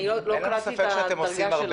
אין ספק שאתם עושים הרבה.